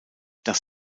dass